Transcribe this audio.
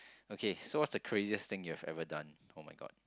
okay so what's the craziest thing you've ever done [oh]-my-god